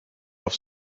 auf